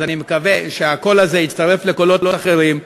אני מקווה שהקול הזה יצטרף לקולות אחרים,